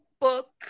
book